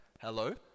Hello